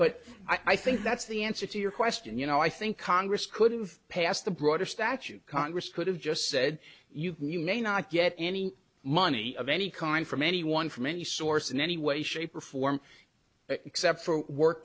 but i think that's the answer to your question you know i think congress could have passed the broader statute congress could have just said you can you not get any money of any kind from anyone from any source in any way shape or form except for work